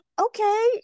okay